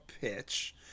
pitch